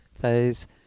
phase